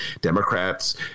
Democrats